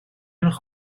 nog